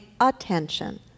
attention